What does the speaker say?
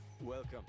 Welcome